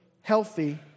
healthy